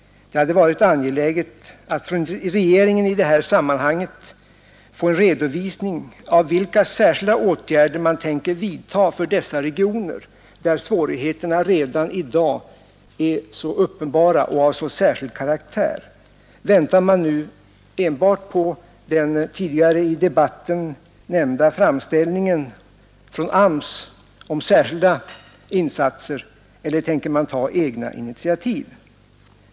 Det hade varit angeläget att från regeringen i detta sammanhang få en redovisning av vilka särskilda åtgärder man tänker vidta för dessa regioner, där svårigheterna redan i dag är så uppenbara och av så speciell karaktär. Väntar man nu enbart på den tidigare i debatten nämnda framställningen från AMS om särskilda insatser, eller tänker man ta egna initiativ?